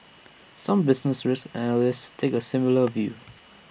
some business risk analysts take A similar view